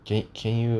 can can you